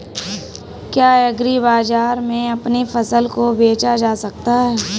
क्या एग्रीबाजार में अपनी फसल को बेचा जा सकता है?